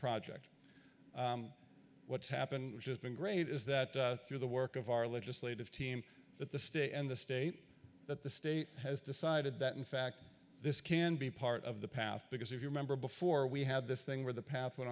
project what's happened which has been great is that through the work of our legislative team that the state and the state that the state has decided that in fact this can be part of the path because if you remember before we had this thing where the pa